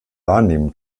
wahrnehmen